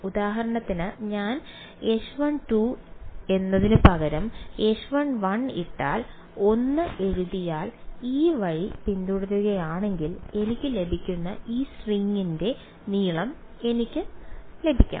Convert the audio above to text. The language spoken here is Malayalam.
ഉദാഹരണത്തിന് ഞാൻ H1 എന്നതിനുപകരം H1 ഇട്ടാൽ 1 എന്നെഴുതിയാൽ ഈ വഴി പിന്തുടരുകയാണെങ്കിൽ എനിക്ക് ലഭിക്കുന്ന ഈ സ്ട്രിംഗിന്റെ നീളം എനിക്ക് ലഭിക്കണം